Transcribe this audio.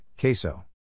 Queso